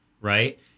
right